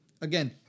Again